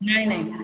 ନାହିଁ ନାହିଁ